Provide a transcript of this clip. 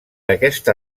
aquesta